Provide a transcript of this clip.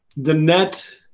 the net